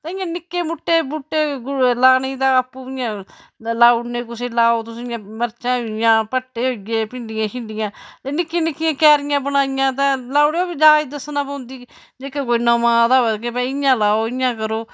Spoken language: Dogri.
ते इ'यां निक्के मुट्टे बूह्टे लाने तां आपूं इ'यां लाउने कुसै लाओ इ'यां मर्चां होई गेइयां भट्ठे होई गे भिडियां छिंडियां ते निक्कियां निक्कियां क्यारियां बनाइयां ते लाउड़े फ्ही जाच दस्सना पौंदी जेह्का कोई नमां आए दा होऐ के भाई इ'यां लाओ इ'यां करो